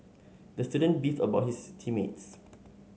the student beefed about his team mates